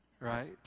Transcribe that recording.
right